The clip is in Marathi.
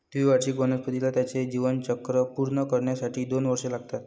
द्विवार्षिक वनस्पतीला त्याचे जीवनचक्र पूर्ण करण्यासाठी दोन वर्षे लागतात